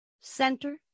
center